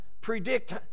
predict